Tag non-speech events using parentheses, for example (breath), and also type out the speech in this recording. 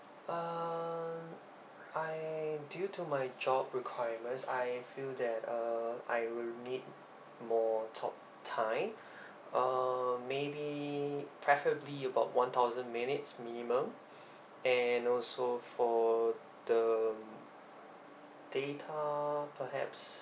uh I due to my job requirements I feel that uh I will need more talk time (breath) uh maybe preferably about one thousand minutes minimum (breath) and also for the data perhaps